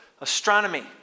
astronomy